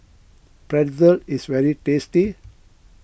Pretzel is very tasty